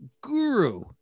guru